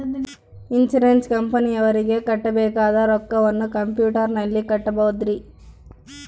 Insurance ಕಂಪನಿಯವರಿಗೆ ಕಟ್ಟಬೇಕಾದ ರೊಕ್ಕವನ್ನು ಕಂಪ್ಯೂಟರನಲ್ಲಿ ಕಟ್ಟಬಹುದ್ರಿ?